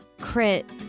crit